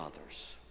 others